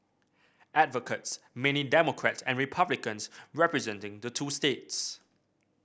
advocates mainly Democrats and Republicans representing the two states